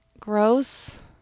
Gross